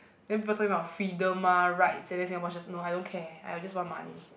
then people talking about freedom ah rights and then Singapore just no I don't care I just want money